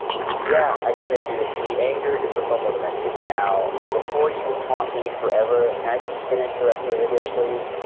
you've yeah, i get it dude, we angered the fumble dimension. now, before you haunt me forever, can i just finish the rest of the video, please?